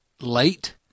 late